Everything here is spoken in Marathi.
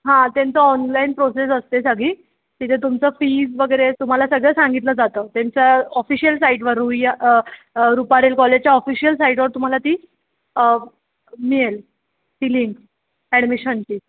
हां त्यांचं ऑनलाईन प्रोसेस असते सगळी तिथे तुमचं फीज वगैरे तुम्हाला सगळं सांगितलं जातं त्यांच्या ऑफिशियल साईटवर रुईया रुपारेल कॉलेजच्या ऑफिशियल साईटवर तुम्हाला ती मिळेल ती लिंक ॲडमिशनची